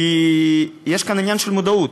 כי יש כאן עניין של מודעות.